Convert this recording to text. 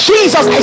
Jesus